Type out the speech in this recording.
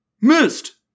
Missed